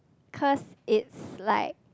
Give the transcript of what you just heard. cause it's like